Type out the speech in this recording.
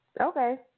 Okay